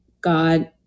God